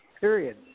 period